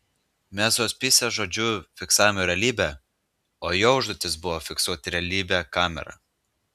mes hospise žodžiu fiksavome realybę o jo užduotis buvo fiksuoti realybę kamera